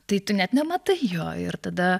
tai tu net nematai jo ir tada